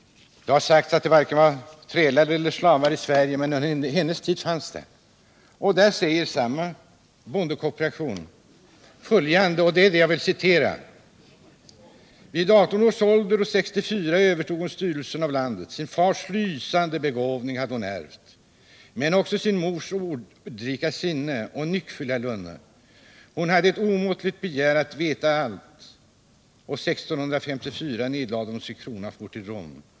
Det har sagts att det fanns varken trälar eller slavar i Sverige, men under hennes tid fanns det. Och där säger samma boendekooperation någonting som jag vill citera: ”Vid 18 års ålder, 1644, övertog hon styrelsen av landet. Sin fars lysande begåvning hade hon ärvt men också sin mors oroliga sinne och nyckfulla lynne. Hon hade ”ett omåttligt begär att veta allt”. 1654 nedlade hon sin krona och for till Rom.